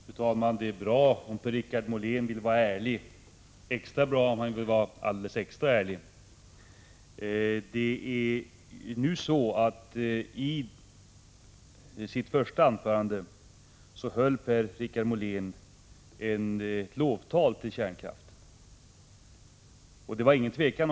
Fru talman! Det är bra att Per-Richard Molén vill vara ärlig, det är extra bra om han vill vara ovanligt ärlig. I sitt första anförande höll Per-Richard Molén ett lovtal till kärnkraften.